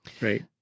right